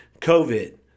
COVID